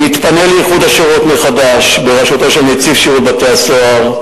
נתפנה לאיחוד השורות מחדש בראשותו של נציב שירות בתי-הסוהר,